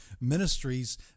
ministries